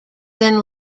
than